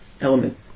element